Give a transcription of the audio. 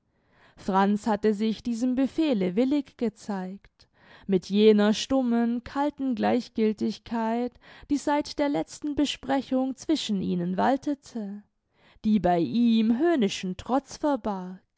franz hatte sich diesem befehle willig gezeigt mit jener stummen kalten gleichgiltigkeit die seit der letzten besprechung zwischen ihnen waltete die bei ihm höhnischen trotz verbarg